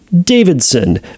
Davidson